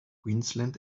queensland